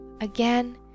Again